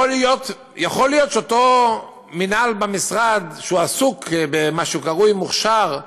יכול להיות שאותו מינהל במשרד עסוק במה שקרוי מוכש"ר,